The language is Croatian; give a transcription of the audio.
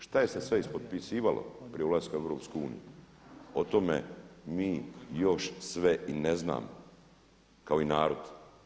Šta je se sve ispotpisivalo pri ulasku u EU o tome mi još sve i ne znamo kao i narod.